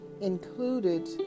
included